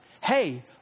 hey